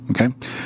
Okay